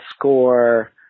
score